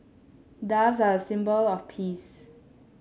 doves are a symbol of peace